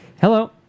Hello